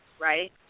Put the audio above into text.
right